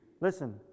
listen